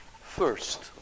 First